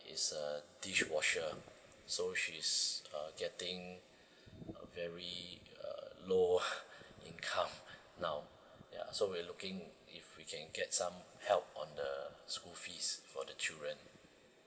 is a dishwasher so she's uh getting um very uh low income now ya so we're looking if we can get some help on the school fees for the children